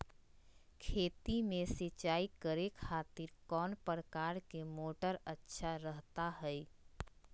खेत में सिंचाई करे खातिर कौन प्रकार के मोटर अच्छा रहता हय?